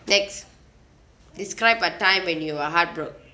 next describe a time when you are heartbroke